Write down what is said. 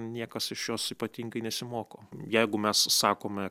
niekas iš jos ypatingai nesimoko jeigu mes sakome